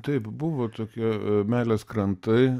taip buvo tokie meilės krantai